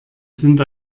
sind